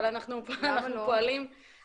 אבל אנחנו פועלים --- למה לא?